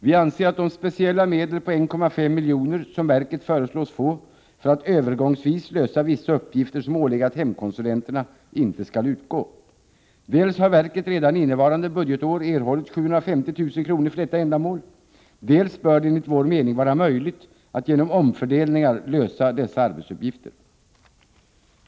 Vi anser att de speciella medel, 1,5 milj.kr., som verket föreslås få för att övergångsvis lösa vissa uppgifter som ålegat hemkonsulenterna inte skall utgå. Dels har verket redan innevarande budgetår erhållit 750 000 kr. för detta ändamål, dels bör det enligt vår mening vara möjligt att genom omfördelningar lösa dessa arbetsuppgifter.